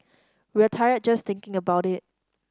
we're tired just thinking about it